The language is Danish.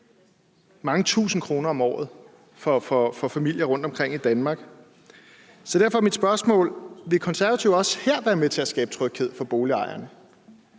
mange tusind kroner om året for familier rundtomkring i Danmark. Så derfor er mit spørgsmål: Vil Konservative også her være med til at skabe tryghed for boligejerne,